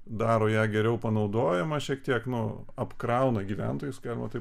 daro ją geriau panaudojamą šiek tiek nu apkrauna gyventojus galima taip